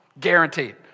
Guaranteed